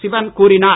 சிவன் கூறினார்